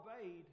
obeyed